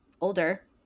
older